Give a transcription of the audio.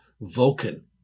Vulcan